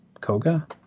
Koga